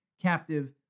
captive